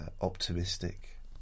optimistic